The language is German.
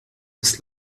des